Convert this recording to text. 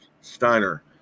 Steiner